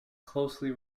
closely